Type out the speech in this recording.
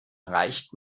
erreicht